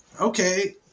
okay